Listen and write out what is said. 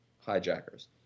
hijackers